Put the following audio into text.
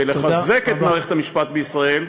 וכדי לחזק את מערכת המשפט בישראל,